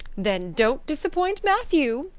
then don't disappoint matthew,